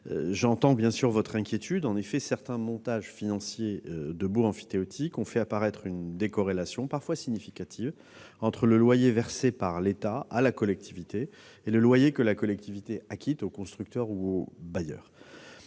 j'entends votre inquiétude. En effet, certains montages financiers de baux emphytéotiques ont fait apparaître une décorrélation, parfois significative, entre le loyer versé par l'État à la collectivité et le loyer que la collectivité acquitte au constructeur ou au bailleur.